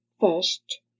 First